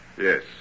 Yes